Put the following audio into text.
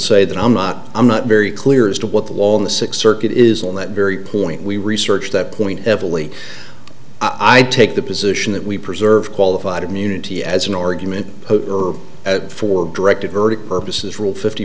say that i'm not i'm not very clear as to what the wall in the sixth circuit is on that very point we researched that point evilly i take the position that we preserve qualified immunity as an argument for a directed verdict purposes rule fifty